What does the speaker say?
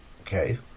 Okay